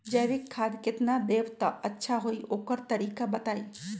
जैविक खाद केतना देब त अच्छा होइ ओकर तरीका बताई?